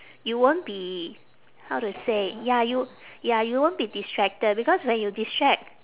you won't be how to say ya you ya you won't be distracted because when you distract